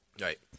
Right